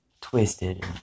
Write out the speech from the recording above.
twisted